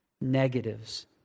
negatives